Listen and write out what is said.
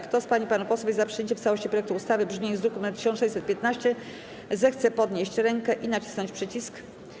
Kto z pań i panów posłów jest za przyjęciem w całości projektu ustawy w brzmieniu z druku nr 1615, zechce podnieść rękę i nacisnąć przycisk.